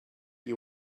you